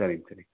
சரிங் சரிங்